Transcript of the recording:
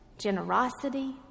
generosity